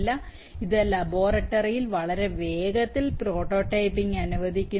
അതിനാൽ ഇത് ലബോറട്ടറിയിൽ വളരെ വേഗത്തിൽ പ്രോട്ടോടൈപ്പിംഗ് അനുവദിക്കുന്നു